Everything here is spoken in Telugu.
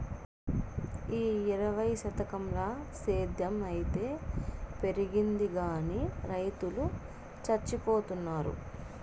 ఈ ఇరవైవ శతకంల సేద్ధం అయితే పెరిగింది గానీ రైతులు చచ్చిపోతున్నారు